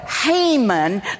Haman